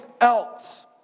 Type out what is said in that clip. else